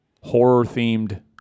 horror-themed